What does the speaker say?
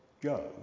Go